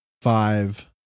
five